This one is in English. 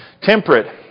Temperate